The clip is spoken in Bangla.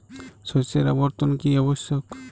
শস্যের আবর্তন কী আবশ্যক?